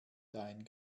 dein